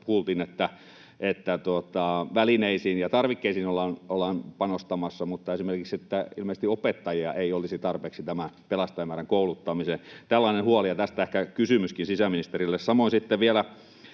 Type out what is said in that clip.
kuultiin, että välineisiin ja tarvikkeisiin ollaan panostamassa mutta esimerkiksi ilmeisesti opettajia ei olisi tarpeeksi tämän pelastajamäärän kouluttamiseen. Tällainen huoli, ja tästä ehkä kysymyskin sisäministerille. Samoin sitten vielä